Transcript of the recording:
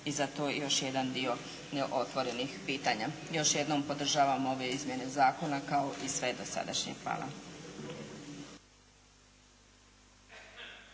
i za to još jedan dio neotvorenih pitanja. Još jednom podržavam ove izmjene Zakona kao i sve dosadašnje. Hvala.